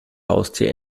haustier